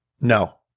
No